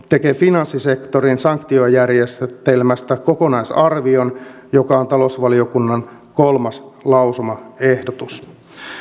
tekee finanssisektorin sanktiojärjestelmästä kokonaisarvion tämä on talousvaliokunnan kolmas lausumaehdotus